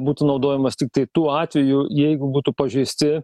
būtų naudojamas tiktai tuo atveju jeigu būtų pažeisti